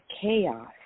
chaos